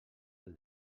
del